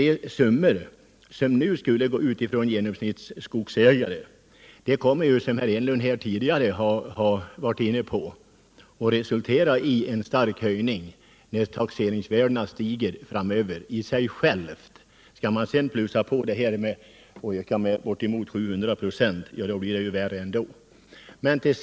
De summor som skogsägarna nu genomsnittligt betalar skulle, som Eric Enlund tidigare redogjorde för, höjas kraftigt när taxeringsvärdena stiger framöver. En ökning av skogsvårdsavgifterna på nära 700 96 gör det sju gånger värre.